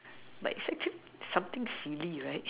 but it's actually something silly right